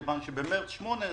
כיוון שבמרס 18'